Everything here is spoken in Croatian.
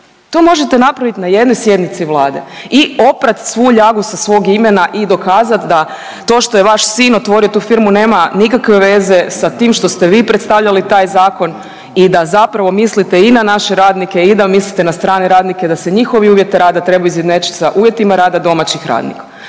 To možete napraviti na jednoj sjednici Vlade i oprat svu ljagu sa svog imena i dokazati da to što je vaš sin otvorio tu firmu nema nikakve veze sa tim što ste vi predstavljali taj zakon i da zapravo mislite na naše radnike i da mislite na strane radnike, da se njihovi uvjeti rada trebaju izjednačiti sa uvjetima rada domaćih radnika.